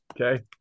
Okay